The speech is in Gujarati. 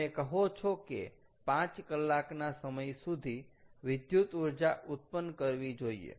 તમે કહો છો કે પાંચ કલાકના સમય સુધી વિદ્યુત ઊર્જા ઉત્પન્ન કરવી જોઈએ